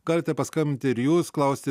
galite paskambinti ir jūs klausti